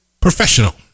professional